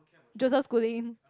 Joseph-Schooling